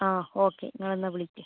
ആ ഓക്കെ നിങ്ങളെന്നാൽ വിളിക്ക്